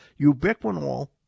ubiquinol